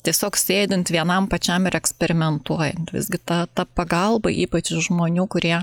tiesiog sėdint vienam pačiam ir eksperimentuojant visgi ta ta pagalba ypač žmonių kurie